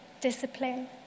discipline